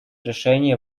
решении